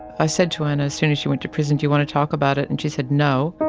i said to anna as soon as she went to prison, do you want to talk about it? and she said, no.